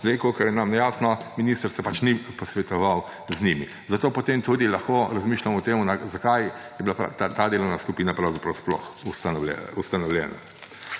Kolikor je nam jasno, minister se pač ni posvetoval z njimi. Zato potem tudi lahko razmišljamo o tem, zakaj je bila ta delovna skupina pravzaprav sploh ustanovljena.